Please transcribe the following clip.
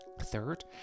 Third